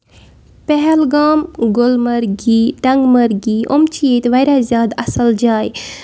پہلگام گُلمَرگی ٹنگمَرگی یِم چھِ ییٚتہِ واریاہ زیادٕ اَصٕل جایہِ